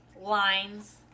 lines